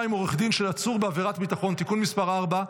עם עורך דין של עצור בעבירת ביטחון) (תיקון מס' 4),